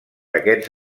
aquests